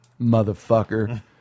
motherfucker